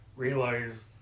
Realize